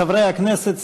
חברי הכנסת,